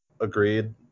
agreed